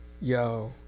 yo